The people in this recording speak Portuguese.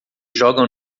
jogam